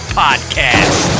podcast